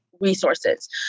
resources